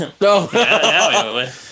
No